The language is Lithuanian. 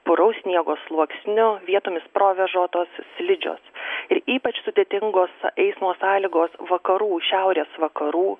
puraus sniego sluoksniu vietomis provėžotos slidžios ir ypač sudėtingos eismo sąlygos vakarų šiaurės vakarų